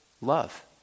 love